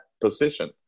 position